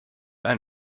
ein